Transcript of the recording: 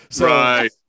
right